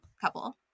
couple